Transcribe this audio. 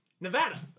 Nevada